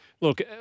look